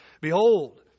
Behold